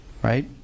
Right